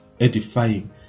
edifying